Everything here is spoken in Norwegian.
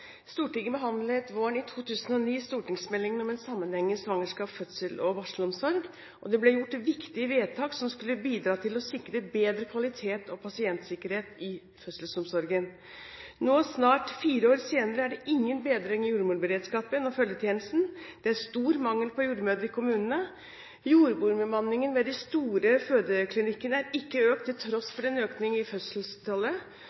Stortinget behandlet våren 2009 en stortingsmelding om en sammenhengende svangerskaps-, fødsels- og barselomsorg, og det ble gjort viktige vedtak som skulle bidra til å sikre bedre kvalitet og pasientsikkerhet i fødselsomsorgen. Nå, snart fire år senere, er det ingen bedring i jordmorberedskapen og følgetjenesten, det er stor mangel på jordmødre i kommunene, jordmorbemanningen ved de store fødeklinikkene er ikke økt til tross